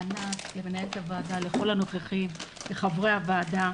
לענת, למנהלת הוועדה, לכל הנוכחים, לחברי הוועדה.